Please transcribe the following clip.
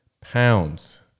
pounds